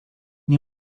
nie